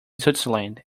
switzerland